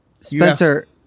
Spencer